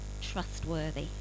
trustworthy